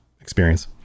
experience